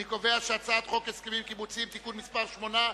אני קובע שהצעת חוק הסכמים קיבוציים (תיקון מס' 8),